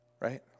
right